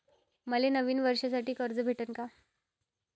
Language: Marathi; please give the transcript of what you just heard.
मले नवीन वर्षासाठी कर्ज भेटन का?